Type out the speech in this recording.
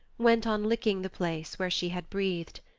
went on licking the place where she had breathed.